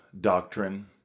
doctrine